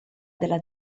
della